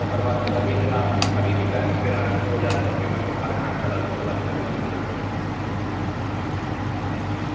ओकर बाद फेर अभी जेना अभीके टाइममे फेर अहाँकेँ दू हजारके ईस्वीमे झारखण्डके अलग कए देलकै बिहार हँ